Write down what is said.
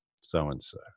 so-and-so